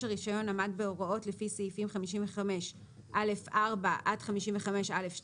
הרישיון עמד בהוראות לפי סעיפים 55א4 עד 55א12,